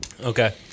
okay